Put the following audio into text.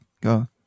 Go